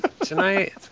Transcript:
tonight